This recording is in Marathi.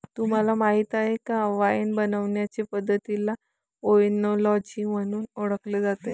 तुम्हाला माहीत आहे का वाइन बनवण्याचे पद्धतीला ओएनोलॉजी म्हणून ओळखले जाते